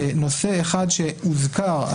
נושא אחד שהוזכר,